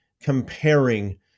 comparing